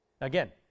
Again